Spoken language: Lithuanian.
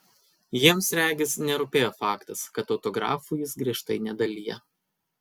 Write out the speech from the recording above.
jiems regis nerūpėjo faktas kad autografų jis griežtai nedalija